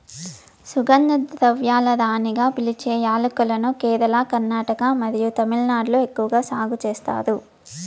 సుగంధ ద్రవ్యాల రాణిగా పిలిచే యాలక్కులను కేరళ, కర్ణాటక మరియు తమిళనాడులో ఎక్కువగా సాగు చేస్తారు